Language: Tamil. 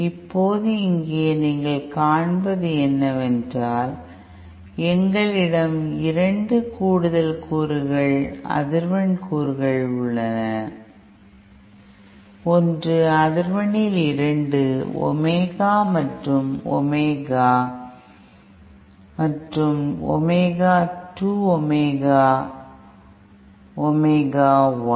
இப்போது இங்கே நீங்கள் காண்பது என்னவென்றால் எங்களிடம் 2 கூடுதல் கூறுகள் அதிர்வெண் கூறுகள் உள்ளன ஒன்று அதிர்வெண்ணில் 2 ஒமேகா ஒமேகா மற்றும் மற்றொன்று 2 ஒமேகா 2 ஒமேகா 1